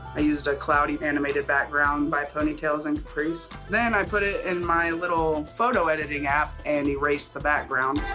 i used a cloudy animated background by ponytailsandcapris. then i put it in my little photo editing app and erased the background.